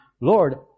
Lord